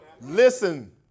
Listen